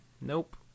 Nope